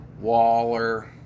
Waller